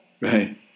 right